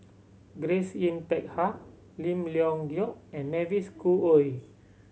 Grace Yin Peck Ha Lim Leong Geok and Mavis Khoo Oei